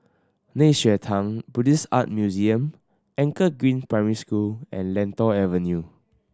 Nei Xue Tang Buddhist Art Museum Anchor Green Primary School and Lentor Avenue